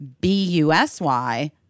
B-U-S-Y